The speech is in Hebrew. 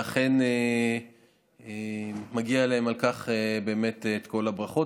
ואכן מגיעות להם על כך כל הברכות.